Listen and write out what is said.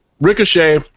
Ricochet